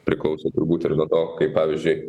priklauso turbūt ir nuo to kaip pavyzdžiui